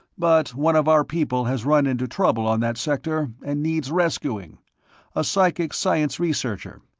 but one of our people has run into trouble on that sector, and needs rescuing a psychic-science researcher,